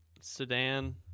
Sedan